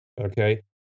Okay